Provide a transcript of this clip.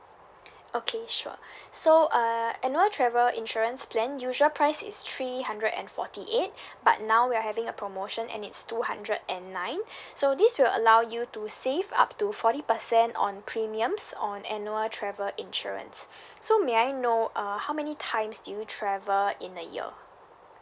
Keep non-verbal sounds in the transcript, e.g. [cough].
okay sure [breath] so uh annual travel insurance plan usual price is three hundred and forty eight but now we are having a promotion and it's two hundred and nine [breath] so this will allow you to save up to forty percent on premiums on annual travel insurance [breath] so may I know uh how many times do you travel in a year